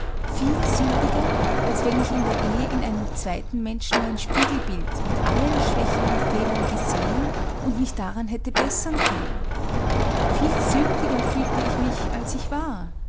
viel sündiger als wenn ich in der ehe in einem zweiten menschen mein spiegelbild mit allen schwächen und fehlern gesehen und mich daran hätte bessern können viel sündiger fühlte ich mich als ich war